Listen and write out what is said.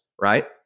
Right